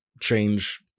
change